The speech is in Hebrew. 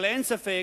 אבל אין ספק